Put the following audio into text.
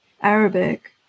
Arabic